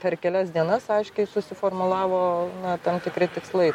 per kelias dienas aiškiai susiformulavo tam tikri tikslai